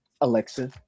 Alexa